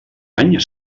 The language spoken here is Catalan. any